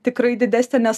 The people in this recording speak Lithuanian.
tikrai didesnė nes